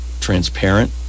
transparent